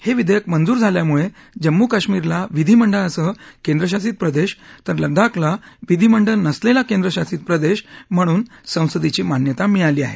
हे विधेयक मंजूर झाल्यामुळे जम्मू कश्मीरला विधीमंडळासह केंद्रशासित प्रदेश तर लडाखला विधीमंडळ नसलेला केंद्रशासित प्रदेश म्हणून संसदेची मान्यता मिळाली आहे